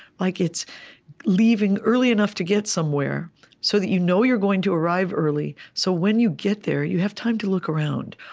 like it's leaving early enough to get somewhere so that you know you're going to arrive early, so when you get there, you have time to look around.